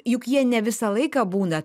juk jie ne visą laiką būna